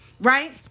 right